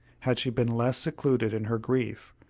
had she been less secluded in her grief,